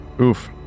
Oof